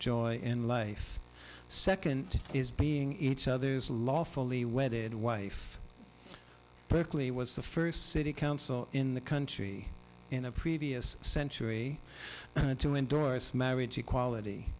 joy in life second is being each other's lawfully wedded wife berkeley was the first city council in the country in a previous century to endorse marriage equality